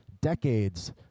decades